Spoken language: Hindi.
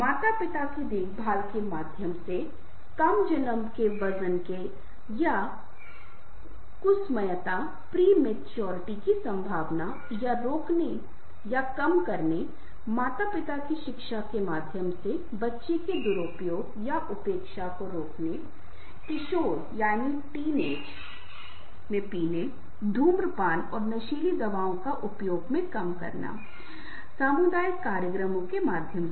माता पिता की देखभाल के माध्यम से कम जन्म के वजन या कुसमयता की संभावना को रोकने या कम करने माता पिता की शिक्षा के माध्यम से बच्चे के दुरुपयोग या उपेक्षा को रोकने किशोर पीने धूम्रपान और नशीली दवाओं के उपयोग को कम करें सामुदायिक कार्यक्रमों के माध्यम से